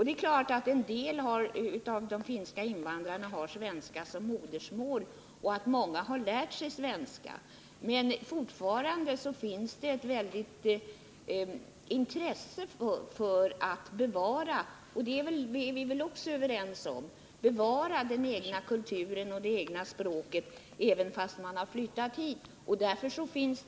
Det är klart att en del av de finska invandrarna har svenska som modersmål och att många har lärt sig svenska. Men fortfarande finns ett stort intresse för att bevara den egna kulturen och det egna språket, trots att man flyttat hit. Att det är positivt är vi väl överens om.